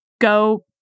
go